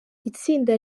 itsinda